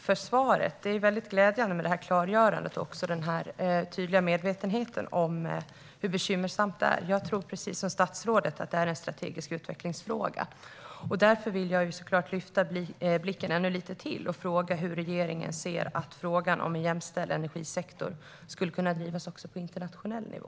Herr talman! Tack, statsrådet, för svaret! Detta klargörande är glädjande liksom även den tydliga medvetenheten om hur bekymmersamt det är. Jag tror precis som statsrådet att detta är en strategisk utvecklingsfråga. Därför vill jag såklart lyfta blicken ännu lite till och fråga hur regeringen ser att frågan om en jämställd energisektor skulle kunna drivas också på en internationell nivå.